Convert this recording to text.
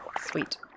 Sweet